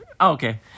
Okay